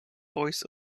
voice